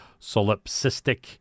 solipsistic